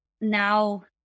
now